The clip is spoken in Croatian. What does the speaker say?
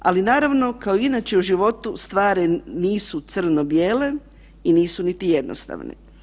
Ali, naravno, kao i inače u životu, stvari nisu crno-bijele i nisu niti jednostavne.